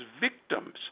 victims